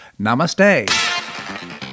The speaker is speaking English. Namaste